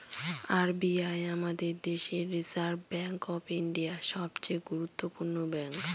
R B I আমাদের দেশের reserve bank of India, সবচে গুরুত্বপূর্ণ ব্যাঙ্ক